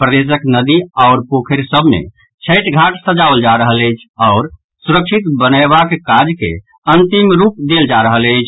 प्रदेशक नदी आओर पोखरी सभ मे छठि घाट सजाओल जा रहल अछि आओर सुरक्षित बनयबाक काज के अंतिम रूप देल जा रहल अछि